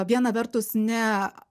viena vertus ne